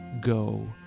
go